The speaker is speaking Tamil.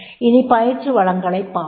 இனி பயிற்சி வளங்களைப் பற்றி பேசுவோம்